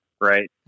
right